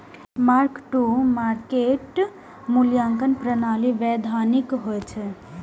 mark to market मूल्यांकन प्रणाली वैधानिक होइ छै